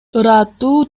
ырааттуу